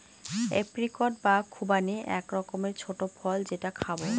apricot বা খুবানি এক রকমের ছোট্ট ফল যেটা খাবো